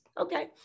okay